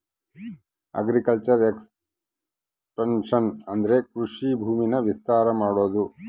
agriculture expansion ಅಂದ್ರೆ ಕೃಷಿ ಭೂಮಿನ ವಿಸ್ತಾರ ಮಾಡೋದು